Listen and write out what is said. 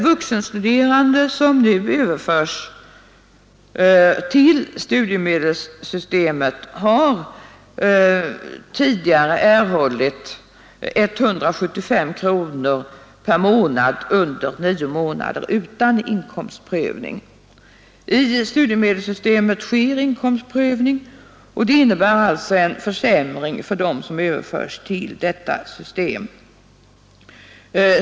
Vuxenstuderande som överförs till studiemedelssystemet har tidigare utan inkomstprövning erhållit 175 kronor per månad under nio månader. I studiemedelssystemet sker inkomstprövning, vilket alltså innebär en försämring för dem som överförs till detta system.